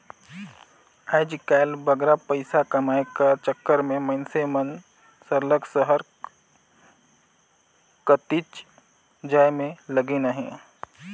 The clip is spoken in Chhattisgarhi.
आएज काएल बगरा पइसा कमाए कर चक्कर में मइनसे मन सरलग सहर कतिच जाए में लगिन अहें